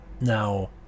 Now